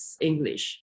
English